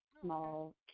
small